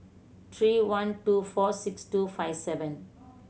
three one two four six two five seven